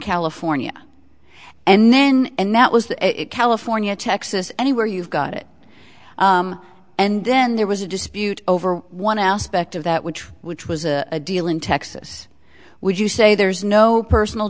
california and then and that was that california texas any where you got it and then there was a dispute over one aspect of that which which was a deal in texas would you say there's no personal